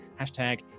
Hashtag